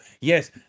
yes